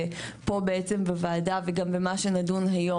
ופה בעצם בוועדה וגם במה שנדון היום,